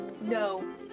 No